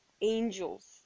angels